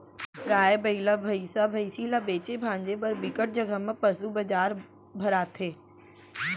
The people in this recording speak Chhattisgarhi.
गाय, बइला, भइसा, भइसी ल बेचे भांजे बर बिकट जघा म पसू बजार भराथे